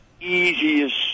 easiest